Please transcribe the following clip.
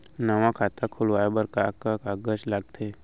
नवा खाता खुलवाए बर का का कागज लगथे?